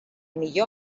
millor